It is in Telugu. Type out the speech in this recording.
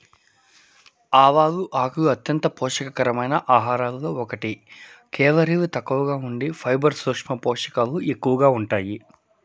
ఆవాల ఆకులు అంత్యంత పోషక కరమైన ఆహారాలలో ఒకటి, కేలరీలు తక్కువగా ఉండి ఫైబర్, సూక్ష్మ పోషకాలు ఎక్కువగా ఉంటాయి